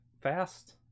fast